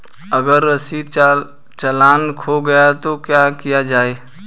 अगर रसीदी चालान खो गया तो क्या किया जाए?